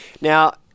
Now